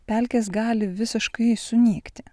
pelkės gali visiškai sunykti